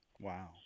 Wow